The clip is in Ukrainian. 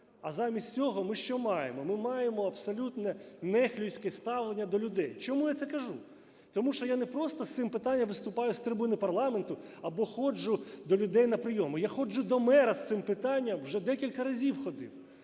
А замість цього ми що маємо? Ми маємо абсолютне нехлюйське ставлення до людей. Чому я це кажу? Тому що я не просто з цим питанням виступаю з трибуни парламенту або ходжу до людей на прийоми. Я ходжу до мера з цим питанням, вже декілька разів ходив.